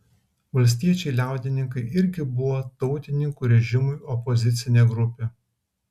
valstiečiai liaudininkai irgi buvo tautininkų režimui opozicinė grupė